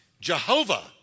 Jehovah